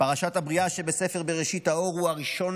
בפרשת הבריאה בספר בראשית האור הוא הראשון